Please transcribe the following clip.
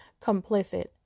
complicit